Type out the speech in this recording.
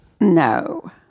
No